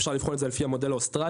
אפשר לבחון את זה לפי המודל האוסטרלי,